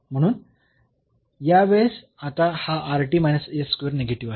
म्हणून या वेळेस आता हा निगेटिव्ह आहे